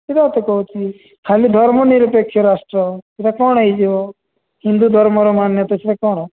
ସେଟା ତ କହୁଚି ଖାଲି ଧର୍ମ ନିରକ୍ଷେପ ରାଷ୍ଟ୍ର ସେଇଟା କ'ଣ ହେଇଯିବ ହିନ୍ଦୁ ଧର୍ମର ମାନ୍ୟତା ସେଇଟା କ'ଣ